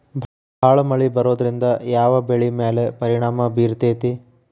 ಭಾಳ ಮಳಿ ಬರೋದ್ರಿಂದ ಯಾವ್ ಬೆಳಿ ಮ್ಯಾಲ್ ಪರಿಣಾಮ ಬಿರತೇತಿ?